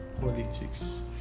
politics